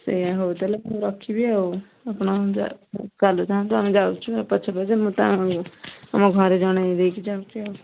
ସେୟା ହଉ ତା'ହେଲେ ମୁଁ ରଖିବି ଆଉ ଆପଣ ଯାନ୍ତୁ ଚାଲୁଥାନ୍ତୁ ଆମେ ଯାଉଛୁ ପଛେ ପଛେ ମୁଁ ତ ଆମ ଘରେ ଜଣାଇ ଦେଇକି ଯାଉଛି ଆଉ